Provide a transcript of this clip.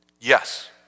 Yes